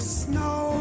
snow